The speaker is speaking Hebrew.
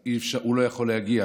הוא לא יכול להגיע,